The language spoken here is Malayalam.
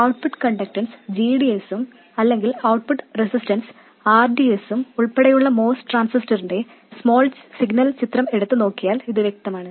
ഔട്ട്പുട്ട് കണ്ടക്റ്റൻസ് g d sഉം അല്ലെങ്കിൽ ഔട്ട്പുട്ട് റെസിസ്റ്റൻസ് r d sഉം ഉൾപ്പെടെയുള്ള MOS ട്രാൻസിസ്റ്ററിന്റെ സ്മോൾ സിഗ്നൽ ചിത്രം എടുത്ത് നോക്കിയാൽ ഇത് വ്യക്തമാണ്